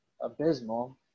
abysmal